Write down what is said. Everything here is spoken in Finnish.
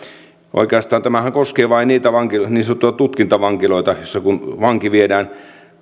oikeastaan tämähän koskee vain niitä niin sanottuja tutkintavankiloita kun vanki